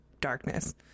darkness